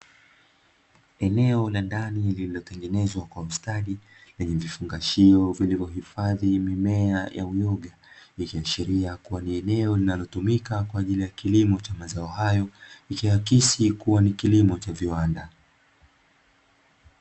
Eneo la ndani lililotengenezwa kwa ustadi, lenye vifungashio vilivyohifadhi mimea ya uyoga, ikiashiria kuwa ni eneo linalotumika kwa ajili ya kilimo cha mazao hayo ikiakisi kuwa ni kilimo cha viwanda.